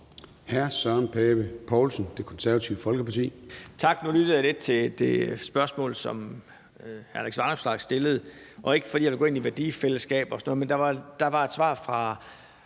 Hr. Søren Pape Poulsen, Det Konservative Folkeparti.